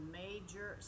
major